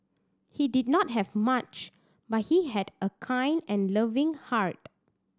he did not have much but he had a kind and loving heart